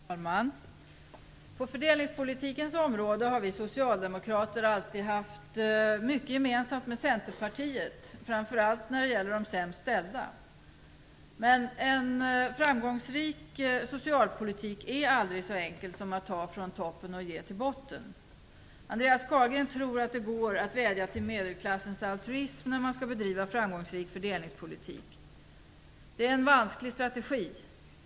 Herr talman! På fördelningspolitikens område har vi socialdemokrater alltid haft mycket gemensamt med Centerpartiet, framför allt när det gäller de sämst ställda. Men att driva en framgångsrik socialpolitik är aldrig så enkelt som att ta från toppen för att ge till botten. Andreas Carlgren tror att det går att vädja till medelklassens altruism när man skall bedriva framgångsrik fördelningspolitik. Det är en vansklig strategi.